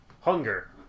Hunger